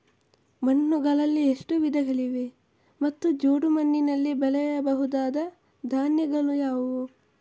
ಮಣ್ಣುಗಳಲ್ಲಿ ಎಷ್ಟು ವಿಧಗಳಿವೆ ಮತ್ತು ಜೇಡಿಮಣ್ಣಿನಲ್ಲಿ ಬೆಳೆಯಬಹುದಾದ ಧಾನ್ಯಗಳು ಯಾವುದು?